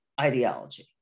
ideology